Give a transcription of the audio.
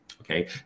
okay